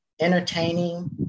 entertaining